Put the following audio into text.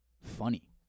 funny